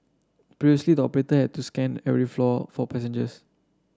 previously the operator had to scan every floor for passengers